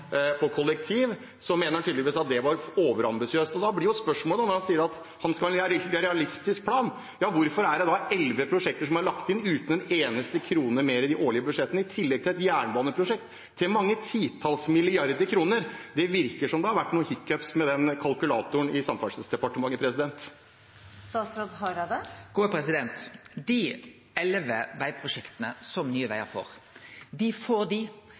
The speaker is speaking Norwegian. kollektiv, så var det overambisiøst. Da blir jo spørsmålet, når han sier at det er en «realistisk» plan: Hvorfor er det da 11 prosjekter som er lagt inn uten en eneste krone mer i de årlige budsjettene, i tillegg til et jernbaneprosjekt til mange titalls milliarder kroner? Det virker som om det har vært noen «hiccups» med den kalkulatoren i Samferdselsdepartementet. Dei 11 vegprosjekta som Nye Vegar får, får dei i og med at den årlege løyvinga til Nye